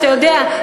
אתה יודע,